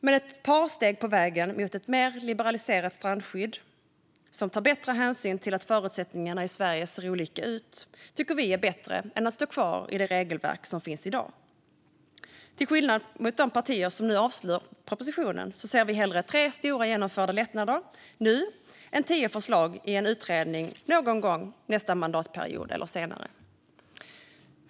Men ett par steg på vägen mot ett mer liberaliserat strandskydd som tar bättre hänsyn till att förutsättningarna i Sverige ser olika ut tycker vi är bättre än att stå kvar med det regelverk som finns i dag. Till skillnad från de partier som nu avslår propositionen ser vi hellre tre stora genomförda lättnader nu än tio förslag i en utredning någon gång nästa mandatperiod eller senare.